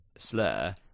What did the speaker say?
slur